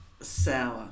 sour